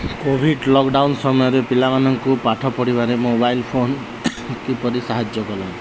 Covid lockdown ସମୟରେ ପିଲାମାନଙ୍କୁ ପାଠ ପଢ଼ିବାରେ ମୋବାଇଲ୍ ଫୋନ୍ କିପରି ସାହାଯ୍ୟ କଲା